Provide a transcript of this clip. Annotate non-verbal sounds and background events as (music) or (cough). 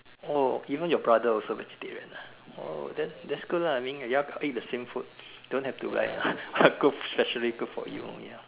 oh even your brother also vegetarian ah that's that's good lah you all can eat the same food don't have to like (laughs) specially cook for you only ah